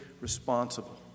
responsible